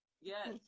Yes